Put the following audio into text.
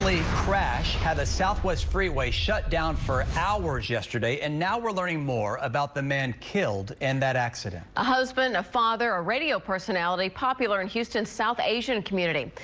like crash of the southwest freeway shut down for hours yesterday and now we're learning more about the man killed in that accident a husband, a father radio personality popular in houston, south asian community.